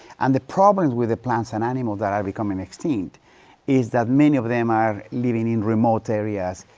and the problem with the plants and animals that are becoming extinct is that many of them are living in remote areas,